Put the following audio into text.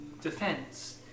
defense